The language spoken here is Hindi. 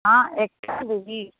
हाँ एक